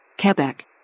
Quebec